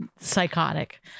psychotic